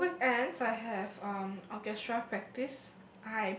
on the weekends I have um orchestra practice